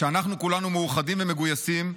כשאנחנו, כולנו, מאוחדים ומגויסים,